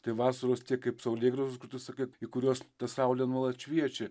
tai vasaros kaip saulėgrąžos kur tu sakai į kuriuos ta saulė nuolat šviečia